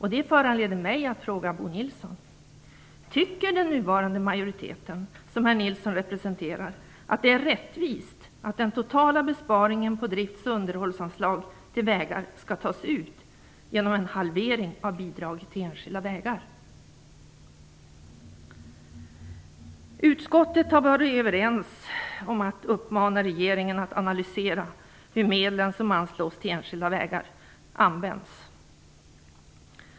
Detta föranleder mig fråga Bo Nilsson: Tycker den nuvarande majoriteten, som herr Nilsson representerar, att det är rättvist att den totala besparingen på drifts och underhållsanslag till vägar skall tas ut genom en halvering av bidraget till enskilda vägar? Utskottet har varit överens om att uppmana regeringen att analysera hur medlen som anslås till enskilda vägar används.